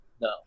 No